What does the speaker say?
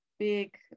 Big